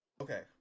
okay